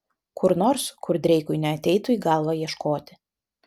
kur nors kur dreikui neateitų į galvą ieškoti